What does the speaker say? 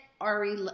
Ari